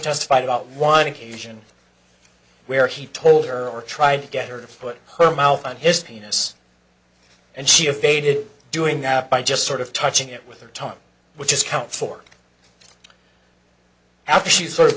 testified about one occasion where he told her or tried to get her to put her mouth on his penis and she evaded doing out by just sort of touching it with her tongue which is count for after she sort of